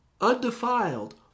undefiled